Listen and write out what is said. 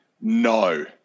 No